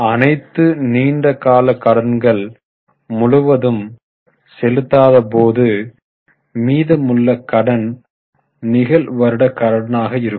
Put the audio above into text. அணைத்து நீண்ட கால கடன்கள் முழுவதும் செலுத்தாத போது மீதமுள்ள கடன் நிகழ் வருட கடனாக இருக்கும்